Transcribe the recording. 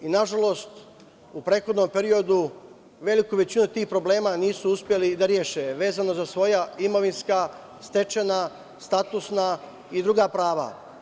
Nažalost u prethodnom periodu veliku većinu tih problema nisu uspeli da reše, vezano za svoja imovinska, stečena, statusna i druga prava.